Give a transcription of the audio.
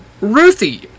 Ruthie